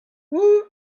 woot